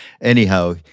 anyhow